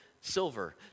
silver